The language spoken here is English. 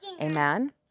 amen